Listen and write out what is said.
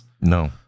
No